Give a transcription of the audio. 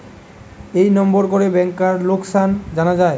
এই নাম্বার করে ব্যাংকার লোকাসান জানা যায়